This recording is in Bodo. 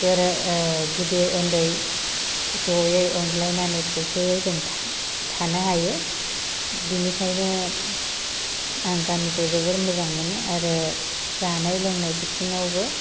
गोरो गिदिर ओन्दै जयै अनलायनानै खौसेयै जों था थानो हायो बेनिखायनो आं गामिखौ जोबोर मोजां मोनो आरो जानाय लोंनाय बिथिङावबो